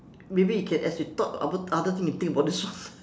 maybe you can as you talk about other things you think about this one